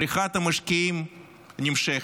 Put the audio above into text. בריחת המשקיעים נמשכת,